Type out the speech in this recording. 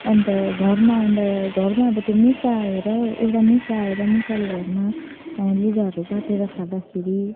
अन्त घरमा आउँदा घरमा अब त्यो मुसा आएर एउटा मुसा आएर मुसाले घरमा लुगाहरू काटेर खाँदाखेरि